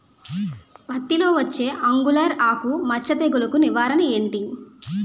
పత్తి లో వచ్చే ఆంగులర్ ఆకు మచ్చ తెగులు కు నివారణ ఎంటి?